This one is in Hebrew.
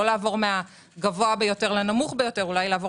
אולי לא לעבור מהגבוה ביותר לנמוך ביותר אלא לעבור